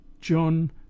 John